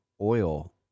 oil